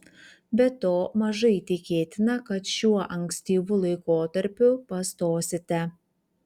be to mažai tikėtina kad šiuo ankstyvu laikotarpiu pastosite